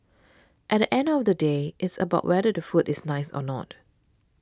at end of the day it's about whether the food is nice or not